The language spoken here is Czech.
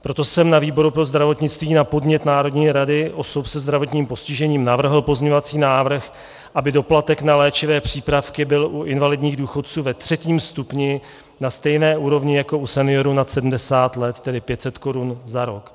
Proto jsem na výboru pro zdravotnictví na podnět Národní rady osob se zdravotním postižením navrhl pozměňovací návrh, aby doplatek na léčivé přípravky byl u invalidních důchodců ve třetím stupni na stejné úrovni jako u seniorů nad 70 let, tedy 500 korun za rok.